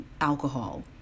alcohol